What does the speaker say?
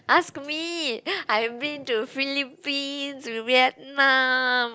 ask me I've been to Philippines to vietnam